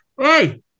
Hey